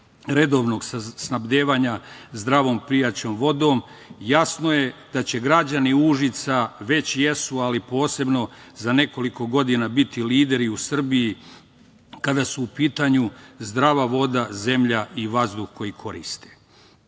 redovnog snabdevanja zdravom pijaćom vodom, jasno je da će građani Užica, već jesu ali posebno za nekoliko godina, biti lideri u Srbiji kada su u pitanju zdrava voda, zemlja i vazduh koji koriste